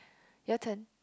your turn